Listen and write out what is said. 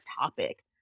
topic